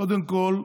קודם כול,